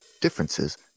differences